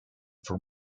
for